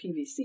PVC